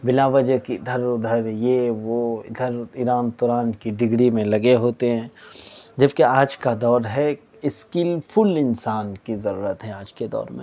بلا وجہ کی ادھر ادھر یہ وہ ادھر ایران تران کی ڈگری میں لگتے ہوتے ہیں جبکہ آج کا دور ہے اسکلفل انسان کی ضرورت ہے آج کے دور میں